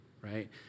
right